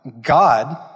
God